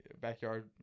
backyard